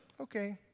Okay